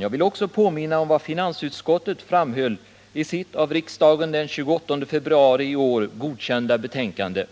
Jag vill också påminna om vad finansutskottet framhöll i sitt av riksdagen den 28 februari i år godkända betänkande: